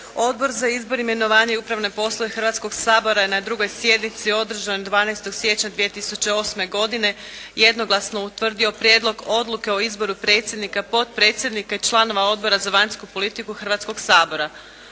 Odbor za izbor, imenovanja i upravne poslove Hrvatskoga sabora na 2. sjednici održanoj 12. siječnja 2008. godine jednoglasno utvrdio Prijedlog odluke o izboru predsjednika, potpredsjednika i članova Odbora za vanjsku politiku Hrvatskoga sabora.